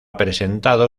presentado